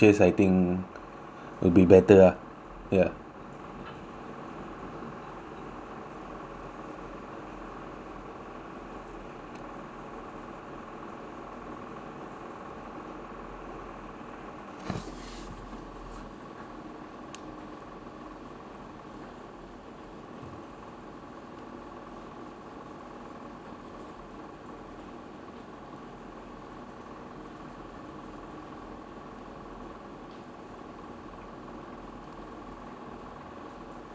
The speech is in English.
would be better ah ya